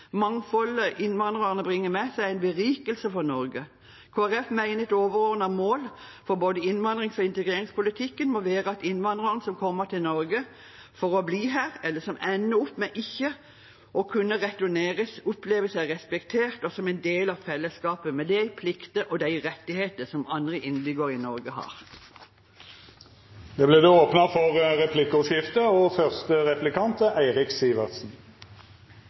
Mangfoldet innvandrerne bringer med seg, er en berikelse for Norge. Kristelig Folkeparti mener at et overordnet mål for både innvandrings- og integreringspolitikken må være at innvandrerne som kommer til Norge for å bli her, eller som ender med ikke å kunne returneres, opplever seg respektert og som en del av fellesskapet, med de plikter og de rettigheter som andre innbyggere i Norge har. Det vert replikkordskifte. Jeg må få lov til å si at jeg nå hørte et ganske sterkt innlegg. Jeg er